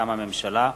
הממשלה: